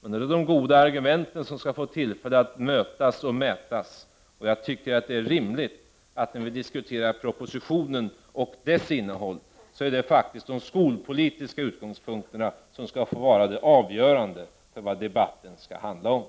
Då är det de goda argumenten som skall få tillfälle att mötas och mätas. Jag tycker att det är rimligt, när vi diskuterar propositionen och dess innehåll, att det är de skolpolitiska utgångspunkterna som skall få vara avgörande för vad debatten skall handla om.